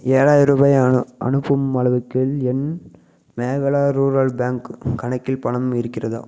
ஏழாயிர் ரூபாய் அனு அனுப்பும் அளவுக்கு என் மேகாலயா ரூரல் பேங்க் கணக்கில் பணம் இருக்கிறதா